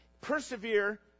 Persevere